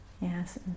Yes